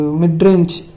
mid-range